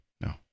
No